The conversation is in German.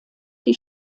die